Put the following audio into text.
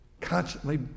constantly